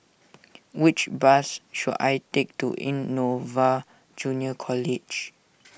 which bus should I take to Innova Junior College